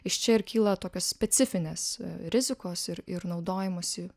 iš čia ir kyla tokios specifinės rizikos ir ir naudojimosi